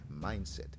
mindset